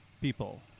people